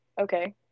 okay